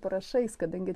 parašais kadangi